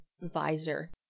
visor